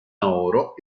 oro